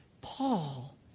Paul